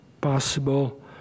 possible